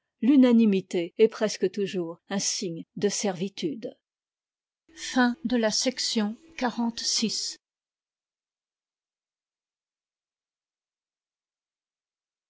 l'unanimité est presque toujours un signe de servitude chapitre